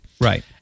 Right